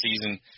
season